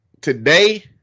today